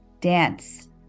dance